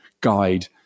guide